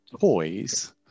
toys